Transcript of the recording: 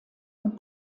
und